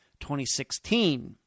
2016